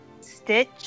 Stitch